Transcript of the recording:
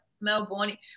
Melbourne